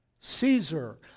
Caesar